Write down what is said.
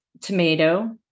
tomato